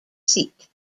seat